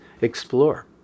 explore